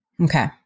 Okay